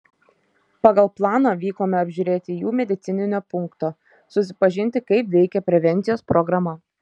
pagal planą vykome apžiūrėti jų medicininio punkto susipažinti kaip veikia prevencijos programa